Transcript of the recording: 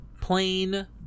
plain